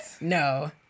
No